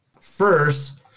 First